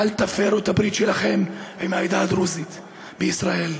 אל תפרו את הברית שלכם עם העדה הדרוזית בישראל.